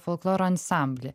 folkloro ansamblį